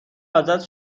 ازت